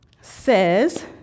says